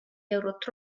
eurot